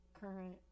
current